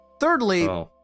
Thirdly